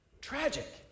Tragic